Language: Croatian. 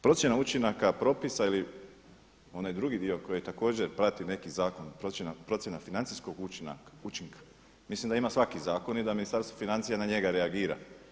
Procjena učinaka propisa ili onaj drugi dio koji također prati neki zakon, procjena financijskog učinka, mislim da im svaki zakon i da Ministarstvo financija na njega reagira.